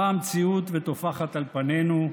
באה המציאות וטופחת על פנינו,